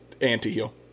anti-heal